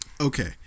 Okay